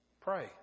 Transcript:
pray